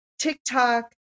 TikTok